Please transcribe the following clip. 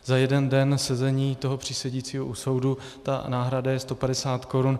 Za jeden den sezení toho přísedícího u soudu ta náhrada je 150 korun.